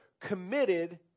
committed